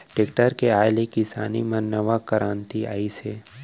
tractor के आए ले किसानी म नवा करांति आइस हे